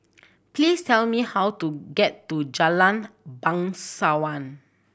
please tell me how to get to Jalan Bangsawan